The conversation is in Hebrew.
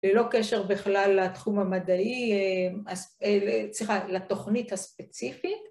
‫ללא קשר בכלל לתחום המדעי, ‫לתוכנית הספציפית.